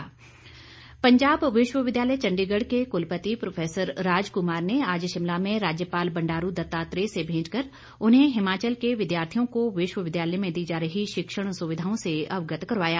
भेंट पंजाब विश्वविद्यालय चंडीगढ़ के कुलपति प्रोफेसर राजकुमार ने आज शिमला में राज्यपाल बंडारू दत्तात्रेय से भेंट कर उन्हें हिमाचल के विद्यार्थियों को विश्वविद्यालय में दी जा रही शिक्षण सुविधाओं से अवगत करवाया